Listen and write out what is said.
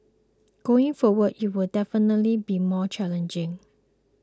going forward it will definitely be more challenging